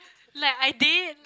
like I did